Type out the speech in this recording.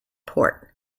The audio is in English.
port